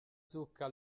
zucca